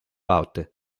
alta